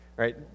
right